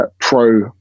pro